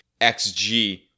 XG